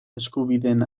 eskubideen